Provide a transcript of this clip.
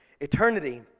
eternity